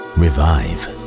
revive